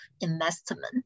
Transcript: investment